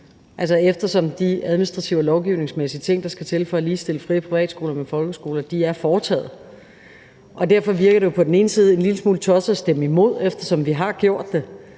eftersom de administrative og lovgivningsmæssige ting, der skal til for at ligestille fri- og privatskoler med folkeskoler, er foretaget. Derfor virker det jo på den ene side en lille smule tosset at stemme imod, eftersom vi har gjort det,